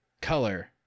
color